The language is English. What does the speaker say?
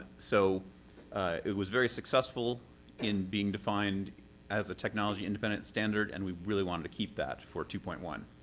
so it was very successful in being defined as a technology-independent standard, and we really wanted to keep that for two point one.